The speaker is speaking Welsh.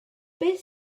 beth